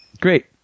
Great